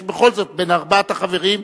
יש, בכל זאת, בין ארבעת החברים,